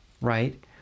Right